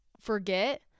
forget